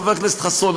חבר הכנסת חסון,